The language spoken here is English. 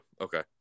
Okay